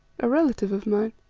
a relative of mine.